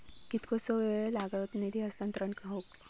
कितकोसो वेळ लागत निधी हस्तांतरण हौक?